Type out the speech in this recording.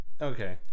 okay